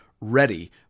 ready